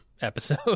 episode